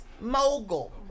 mogul